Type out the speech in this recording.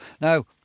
Now